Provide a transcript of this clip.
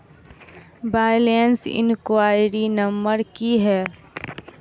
Balance enquiry number की है?